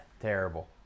terrible